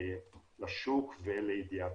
לשוק ולידיעת